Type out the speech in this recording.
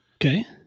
okay